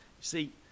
see